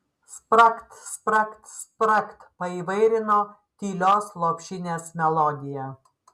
spragt spragt spragt paįvairino tylios lopšinės melodiją